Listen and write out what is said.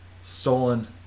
stolen